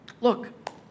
look